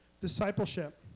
Discipleship